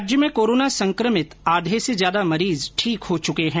प्रदेश मे कोरोना संक्रमित आधे से ज्यादा मरीज ठीक हो चुके है